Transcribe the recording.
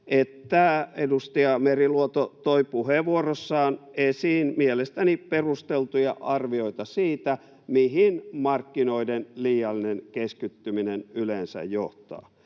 että edustaja Meriluoto toi puheenvuorossaan esiin mielestäni perusteltuja arvioita siitä, mihin markkinoiden liiallinen keskittyminen yleensä johtaa.